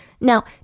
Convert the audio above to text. Now